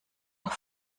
doch